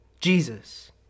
Jesus